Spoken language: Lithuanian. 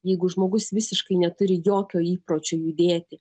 jeigu žmogus visiškai neturi jokio įpročio judėti